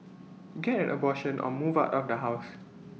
get an abortion or move out of the house